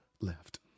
left